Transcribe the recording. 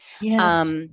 Yes